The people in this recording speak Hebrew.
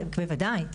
בוודאי.